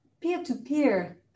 peer-to-peer